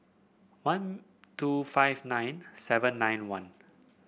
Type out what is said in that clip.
one two five nine seven nine one